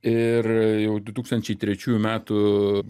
ir jau du tūkstančiai trečiųjų metų